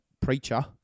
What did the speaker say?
preacher